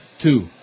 Two